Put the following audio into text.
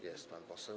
Jest pan poseł.